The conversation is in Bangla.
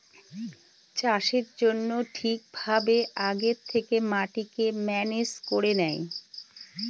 চাষের জন্য ঠিক ভাবে আগে থেকে মাটিকে ম্যানেজ করে নেয়